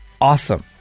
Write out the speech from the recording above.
Awesome